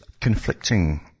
conflicting